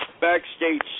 backstage